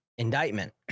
Indictment